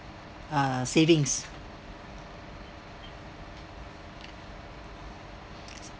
uh savings